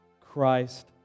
Christ